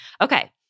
Okay